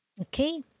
okay